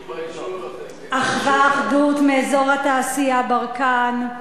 "אחוה אחדות" מאזור התעשייה "ברקן",